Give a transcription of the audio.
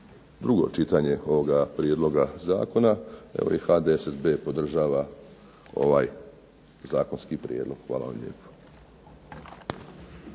drugo čitanje ovog prijedloga Zakona, evo i HDSSB podržava ovaj Prijedlog zakona. Hvala vam lijepo.